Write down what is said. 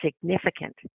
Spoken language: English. significant